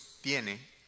tiene